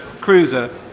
Cruiser